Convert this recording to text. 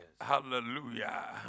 Hallelujah